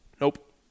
Nope